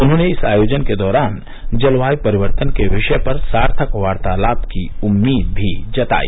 उन्होंने इस आयोजन के दौरान जलवायू परिवर्तन के विषय पर सार्थक वार्तालाप की उम्मीद भी जताई